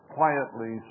quietly